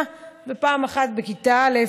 פעם אחת בגיל שנה ופעם אחת בכיתה א'